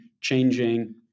changing